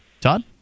Todd